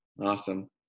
Awesome